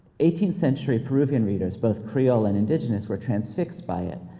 eighteenth century peruvian readers, both creole and indigenous, were transfixed by it.